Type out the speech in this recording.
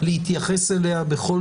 כך צריך להתייחס אליה בכל